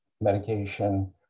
medication